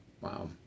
Wow